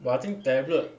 but I think tablet